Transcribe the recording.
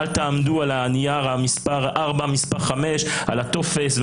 על תעמדו על הנייר, מס' 4, מס' 5, על הטופס.